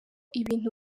ibintu